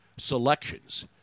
selections